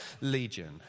Legion